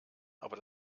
aber